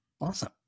Awesome